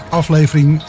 aflevering